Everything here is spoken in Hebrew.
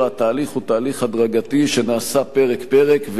התהליך הוא תהליך הדרגתי שנעשה פרק-פרק,